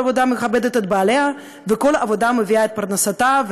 כל עבודה מכבדת את בעליה וכל עבודה מביאה את פרנסתה,